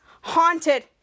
Haunted